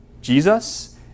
Jesus